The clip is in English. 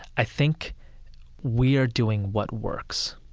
i think we are doing what works.